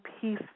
peace